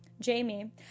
Jamie